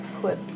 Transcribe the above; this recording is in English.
put